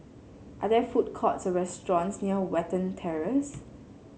are there food courts or restaurants near Watten Terrace